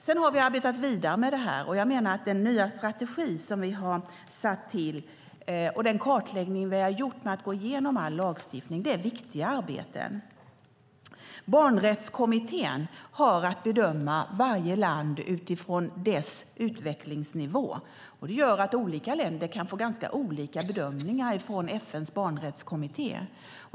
Sedan har vi arbetat vidare med det här, och jag menar att den nya strategi som vi har tillsatt och den kartläggning vi har gjort med att gå igenom all lagstiftning är viktiga arbeten. Barnrättskommittén har att bedöma varje land utifrån dess utvecklingsnivå. Det gör att olika länder kan få ganska olika bedömningar från FN:s barnrättskommitté.